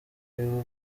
liu